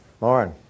Lauren